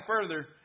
further